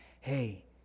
Hey